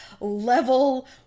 level